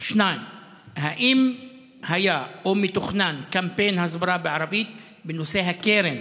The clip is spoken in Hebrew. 2. האם היה או מתוכנן קמפיין הסברה בערבית בנושא הקרן?